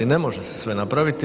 Ne može se sve napraviti.